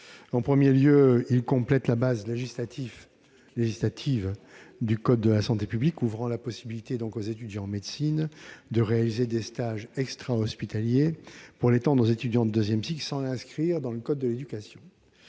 En premier lieu, il tend à compléter la base législative du code de la santé publique ouvrant la possibilité aux étudiants en médecine de réaliser des stages extrahospitaliers, pour étendre celle-ci aux étudiants de deuxième cycle sans l'inscrire dans le code de l'éducation.